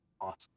awesome